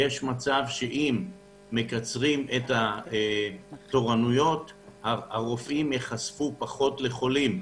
יש מצב שאם מקצרים את התורנויות הרופאים ייחשפו פחות לחולים.